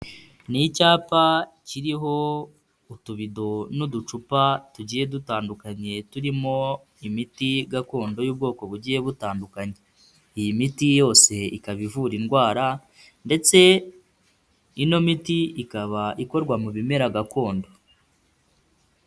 Ni icyapa kiriho utubido n'uducupa tugiye dutandukanye turimo imiti gakondo y'ubwoko bugiye butandukanye, iyi miti yose ikaba ivura indwara ndetse ino miti ikaba ikorwa mu bimera gakondo.